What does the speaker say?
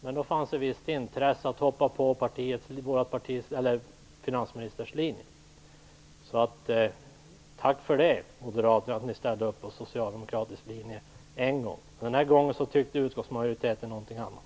Men då fanns det visst intresse att gå på finansministerns linje. Tack för att ni från Moderaterna en gång ställde upp på Socialdemokraternas linje! Men den här gången tyckte utskottsmajoriteten någonting annat.